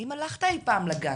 האם הלכת אי פעם לגן?